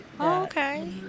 okay